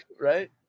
right